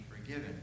forgiven